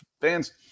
fans –